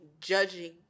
judging